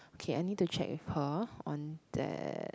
kay I need to check with her on that